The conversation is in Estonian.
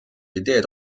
ideed